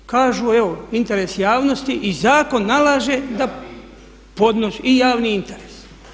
Ali kažu evo, interes javnosti i zakon nalaže da podnosi, i javni interes.